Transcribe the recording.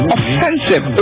Offensive